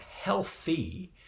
healthy